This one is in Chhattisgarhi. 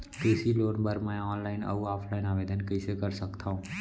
कृषि लोन बर मैं ऑनलाइन अऊ ऑफलाइन आवेदन कइसे कर सकथव?